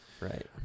right